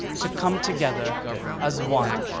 to come together as one